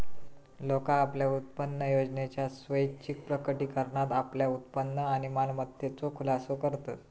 लोका आपल्या उत्पन्नयोजनेच्या स्वैच्छिक प्रकटीकरणात आपल्या उत्पन्न आणि मालमत्तेचो खुलासो करतत